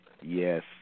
Yes